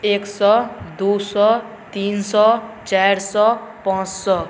एक सओ दुइ सओ तीन सओ चारि सओ पाँच सओ